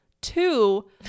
two